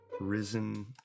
risen